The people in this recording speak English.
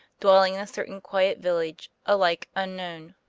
dwelling in a certain quiet village, alike unknown